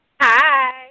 Hi